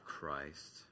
Christ